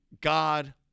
God